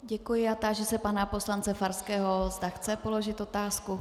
Děkuji a táži se pana poslance Farského, zda chce položit otázku.